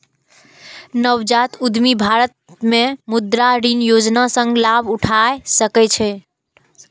नवजात उद्यमी भारत मे मुद्रा ऋण योजना सं लाभ उठा सकै छै